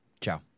Ciao